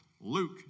Luke